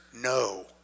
No